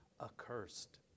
accursed